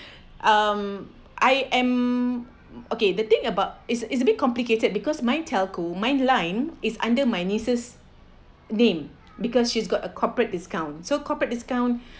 um I am okay the thing about is is a bit complicated because my telco my line is under my nieces name because she's got a corporate discount so corporate discount